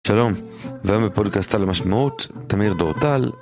שלום, והיום בפודקאסט על המשמעות, תמיר דורדל.